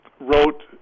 wrote